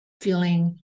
feeling